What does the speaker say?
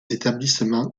établissements